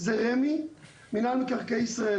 זה רמ"י, מינהל מקרקעי ישראל.